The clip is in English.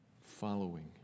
following